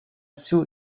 sue